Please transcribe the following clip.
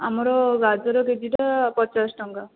ଆମର ଗାଜର କେଜିଟା ପଚାଶ ଟଙ୍କା